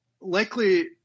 Likely